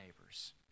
neighbors